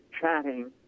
chatting